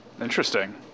interesting